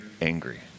angry